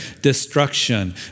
destruction